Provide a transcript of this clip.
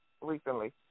recently